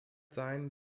sein